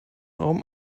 raum